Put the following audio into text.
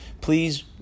please